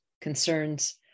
concerns